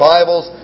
Bibles